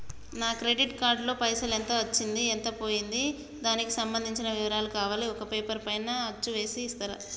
నా credit card లో పైసలు ఎంత వచ్చింది ఎంత పోయింది దానికి సంబంధించిన వివరాలు కావాలి ఒక పేపర్ పైన అచ్చు చేసి ఇస్తరా?